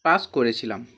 পাশ করেছিলাম